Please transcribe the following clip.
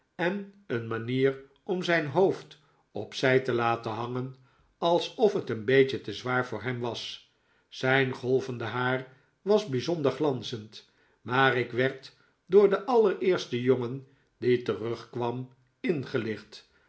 en een manier om zijn hoofd op zij te laten hangen alsof het een beetje te zwaar voor hem was zijn golvende haar was bijzonder glanzend maar ik werd door den allereersten jongen die terugkwam ingelicht